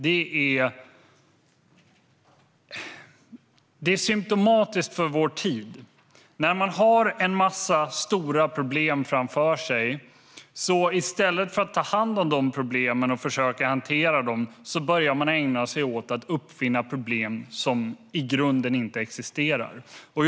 Det är symptomatiskt för vår tid. När man har en massa stora problem framför sig börjar man, i stället för att ta hand om och försöka hantera problemen, ägna sig åt att uppfinna problem som inte existerar i grunden.